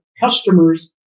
customers